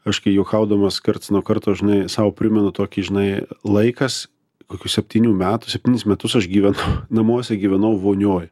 aš kai juokaudamas karts nuo karto žinai sau primenu tokį žinai laikas kokių septynių metų septynis metus aš gyven namuose gyvenau vonioj